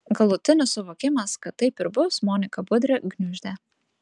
galutinis suvokimas kad taip ir bus moniką budrę gniuždė